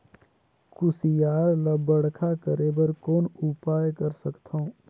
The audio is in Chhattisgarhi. कुसियार ल बड़खा करे बर कौन उपाय कर सकथव?